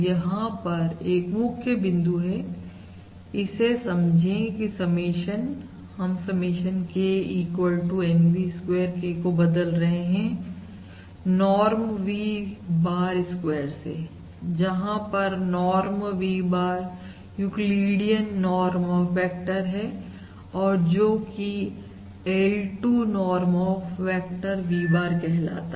यहां पर एक मुख्य बिंदु है इसे समझें की समेशन हम summation K equal to NV square K को बदल रहे हैं नॉर्म V bar स्क्वेयर से जहां पर norm V bar Euclidean norm of vector है और जो कि L2 norm of vector V bar कहलाता है